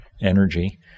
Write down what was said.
energy